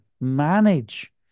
manage